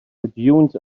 dunes